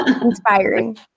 Inspiring